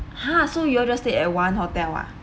!huh! so you all just stayed at one hotel ah